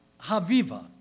Haviva